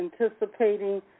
anticipating